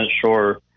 sure